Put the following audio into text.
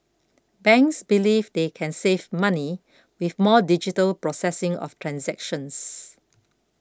banks believe they can save money with more digital processing of transactions